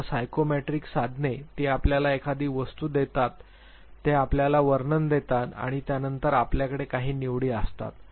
आता सायकोमेट्रिक साधने ती आपल्याला एखादी वस्तू देतात ते आपल्याला वर्णन देतात आणि त्यानंतर आपल्याकडे काही निवडी असतात